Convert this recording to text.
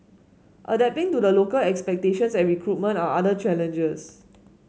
adapting to the local expectation and recruitment are other challenges